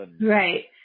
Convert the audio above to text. Right